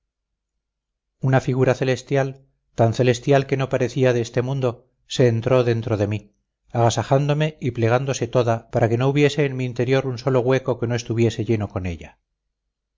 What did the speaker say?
una figura celestial tan celestial que no parecía de este mundo se entró dentro de mí agasajándome y plegándose toda para que no hubiese en mi interior un solo hueco que no estuviese lleno con ella